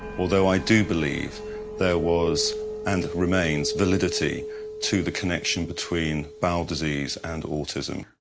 although i do believe there was and remains, validity to the connection between bowel disease and autism.